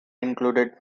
included